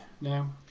now